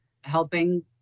helping